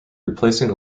replacing